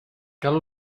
cal